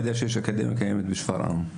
יידע שיש אקדמיה קיימת בשפרעם?